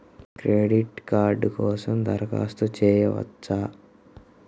Credit card కోసం దరఖాస్తు చేయవచ్చా?